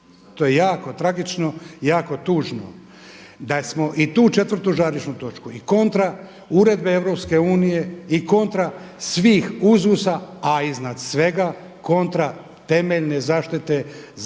To je jako tragično i jako tužno. Da smo i tu četvrtu žarišnu točku i kontra uredbe EU i kontra svih uzusa, a iznad svega kontra temeljne zaštite čistog